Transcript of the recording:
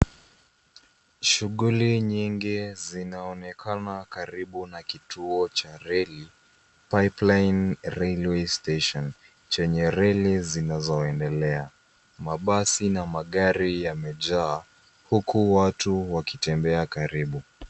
Shughuli nyingi zinaonekana karibu na kituo cha reli, Pipeline Railway Station , chenye reli zinazoendelea . Mabasi na magari yamejaa, huku watu wakitembea karibu.